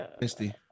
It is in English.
Misty